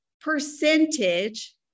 percentage